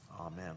Amen